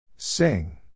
Sing